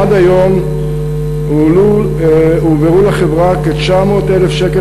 עד היום הועברו לחברה כ-900,000 שקלים